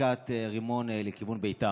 זריקת רימון לכיוון ביתה.